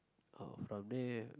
uh from there